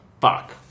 fuck